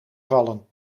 vallen